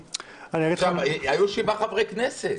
היו שבעה חברי כנסת.